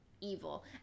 evil